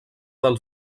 del